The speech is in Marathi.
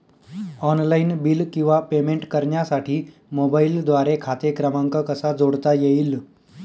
ऑनलाईन बिल किंवा पेमेंट करण्यासाठी मोबाईलद्वारे खाते क्रमांक कसा जोडता येईल?